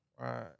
Right